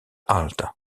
alta